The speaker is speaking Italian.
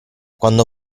quando